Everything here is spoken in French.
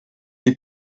est